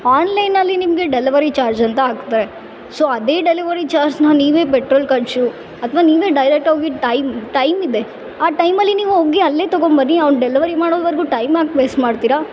ಆನ್ಲೈನಲ್ಲಿ ನಿಮಗೆ delivery charge ಅಂತ ಹಾಕ್ತಾರೆ ಸೊ ಅದೇ ಡೆಲಿವರಿ ಚಾರ್ಜ್ನ ನೀವೇ ಪೆಟ್ರೋಲ್ ಖರ್ಚು ಅಥ್ವ ನೀವೇ ಡೈರೆಕ್ಟ್ ಹೋಗಿ ಟೈಮ್ ಟೈಮಿದೆ ಆ ಟೈಮಲ್ಲಿ ನೀವು ಹೋಗಿ ಅಲ್ಲೇ ತಗೊಮ್ ಬನ್ನಿ ಅವ್ನು ಡೆಲ್ವರಿ ಮಾಡೋವರೆಗು ಟೈಮ್ ಯಾಕೆ ವೇಸ್ಟ್ ಮಾಡ್ತೀರ